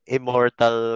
Immortal